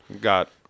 got